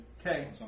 Okay